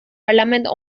parlament